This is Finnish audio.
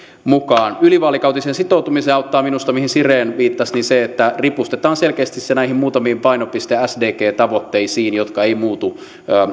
mukaan ylivaalikautiseen sitoutumiseen mihin siren viittasi auttaa minusta se että ripustetaan selkeästi se näihin muutamiin painopiste sdg tavoitteisiin jotka eivät muutu